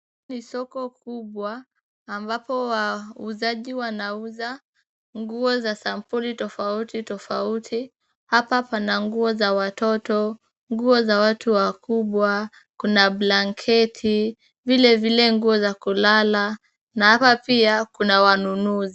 Ni soko kubwa, ambako wauzaji wanauza nguo za sampuli tofauti tofauti. Hapa pana nguo za watoto, nguo za watu wakubwa, kuna blanketi, vilevile nguo za kulala, na hapa pia kuna wanunuzi.